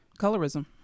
Colorism